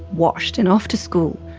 washed and off to school,